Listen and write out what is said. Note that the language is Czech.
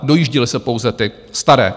Dojížděly se pouze ty staré.